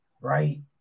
Right